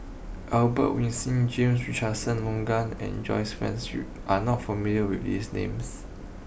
Albert Winsemius James Richardson Logan and Joyce Fans you are not familiar with these names